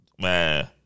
Man